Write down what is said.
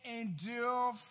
endure